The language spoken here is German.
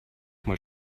mal